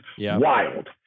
wild